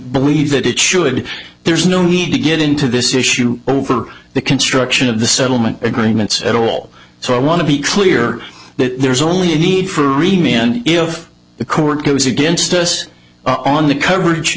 believe that it should there's no need to get into this issue over the construction of the settlement agreements at all so i want to be clear that there's only a need for even if the court goes against us on the coverage